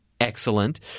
Excellent